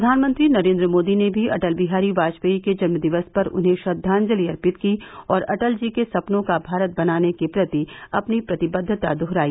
प्रधानमंत्री नरेन्द्र मोदी ने भी अटल बिहारी वाजपेयी के जन्म दिवस पर उन्हें श्रद्वांजलि अर्पित की और अटल जी के सपनों का भारत बनाने के प्रति अपनी प्रतिबद्वता दोहराई